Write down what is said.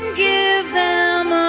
give um ah